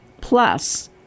plus